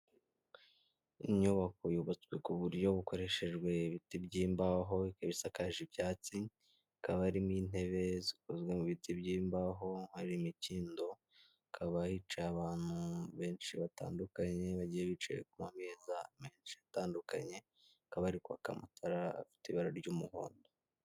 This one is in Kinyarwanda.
Inyubako yubatswe ku buryo bukoreshejwe ibiti by'imbaho ibisakaje ibyatsi, hakaba harimo intebe zikozwe mu biti by'imbaho, hari imikindo hakaba yicaye abantu benshi batandukanye bagiye bicaye ku meza menshi atandukanye, hakaba hari kwaka amatara afite ibara ry'umuhondo.